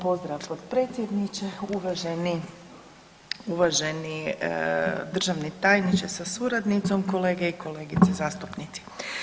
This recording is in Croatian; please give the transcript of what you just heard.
potpredsjedniče, uvaženi državni tajniče sa suradnicom, kolege i kolegice zastupnici.